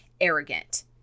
arrogant